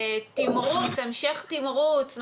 המשך תמרוץ,